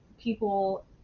people